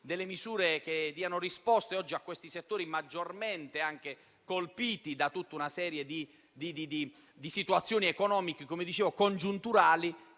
delle misure reali, che diano risposte ai settori maggiormente colpiti da tutta una serie di situazioni economiche congiunturali